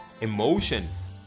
emotions